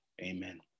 amen